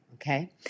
Okay